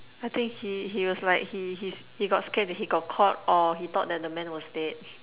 I think he he was like he he got scared that he got caught or he thought that the man was dead